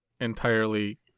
entirely